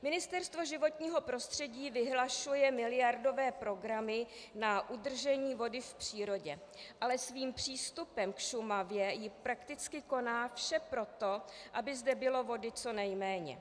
Ministerstvo životního prostředí vyhlašuje miliardové programy na udržení vody v přírodě, ale svým přístupem k Šumavě prakticky koná vše pro to, aby zde bylo vody co nejméně.